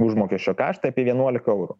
užmokesčio kaštai apie vienuolika eurų